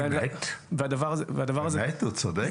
והדבר הזה --- הוא צודק.